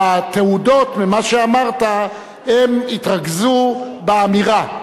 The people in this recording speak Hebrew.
והתהודות ממה שאמרת, הן התרכזו באמירה.